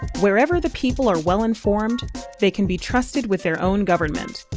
wherever the people are well informed they can be trusted with their own government.